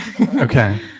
Okay